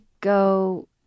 go